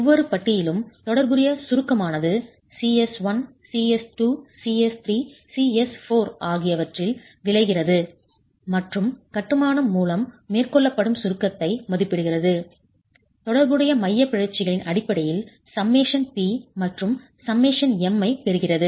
ஒவ்வொரு பட்டியிலும் தொடர்புடைய சுருக்கமானது Cs1 Cs2 Cs3 Cs4 ஆகியவற்றில் விளைகிறது மற்றும் கட்டுமான மூலம் மேற்கொள்ளப்படும் சுருக்கத்தை மதிப்பிடுகிறது தொடர்புடைய மையப் பிறழ்ச்சிகளின் அடிப்படையில் ΣP மற்றும் ΣM ஐப் பெறுகிறது